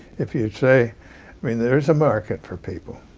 if you'd say i mean there's a market for people,